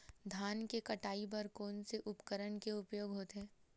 धान के कटाई बर कोन से उपकरण के उपयोग होथे?